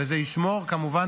וזה ישמור כמובן,